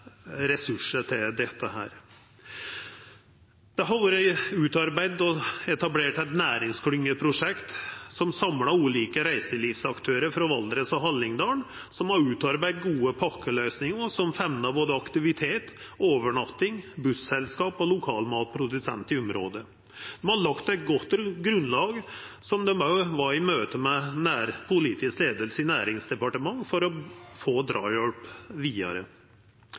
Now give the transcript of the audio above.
ressursar til dette. Det har vore utarbeidd og etablert eit næringsklyngeprosjekt som samlar ulike reiselivsaktørar frå Valdres og Hallingdal, som har utarbeidd gode pakkeløysingar som femnar om både aktivitetar, overnatting, busselskap og lokalmatprodusentar i området. Dei har lagt eit godt grunnlag, og har også vore i møte med den politiske leiinga i Næringsdepartementet for å få drahjelp vidare.